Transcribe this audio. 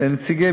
נציגי